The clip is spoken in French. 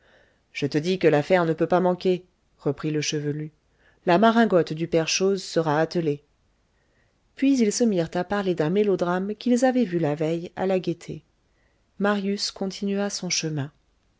je te dis que l'affaire ne peut pas manquer reprit le chevelu la maringotte du père chose sera attelée puis ils se mirent à parler d'un mélodrame qu'ils avaient vu la veille à la gaîté marius continua son chemin